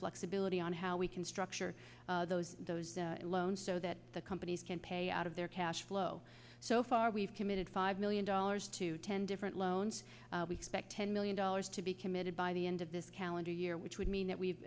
flexibility on how we can structure those those loans so that the companies can pay out of their cash flow so far we've committed five million dollars to ten different loans we expect ten million dollars to be committed by the end of this calendar year which would mean that we've